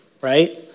right